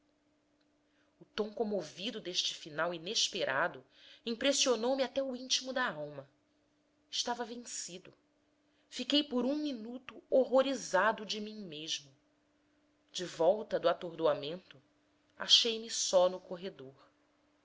o tom comovido deste final inesperado impressionou me até o intimo da alma estava vencido fiquei por um minuto horrorizado de mim mesmo de volta do atordoamento acheime só no corredor